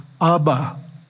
Abba